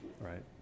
right